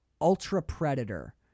ultra-predator